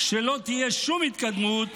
שלא תהיה שום התקדמות